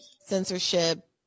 censorship